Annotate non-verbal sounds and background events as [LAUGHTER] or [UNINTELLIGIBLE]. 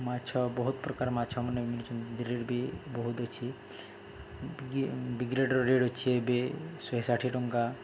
ମାଛ ବହୁତ ପ୍ରକାର ମାଛମାନେ ମିଳୁଛନ୍ତି [UNINTELLIGIBLE] ବି ବହୁତ ଅଛି ବିଗ୍ରେଡ଼ର ରେଟ୍ ଅଛି ଏବେ ଶହେ ଷାଠିଏ ଟଙ୍କା